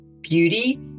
beauty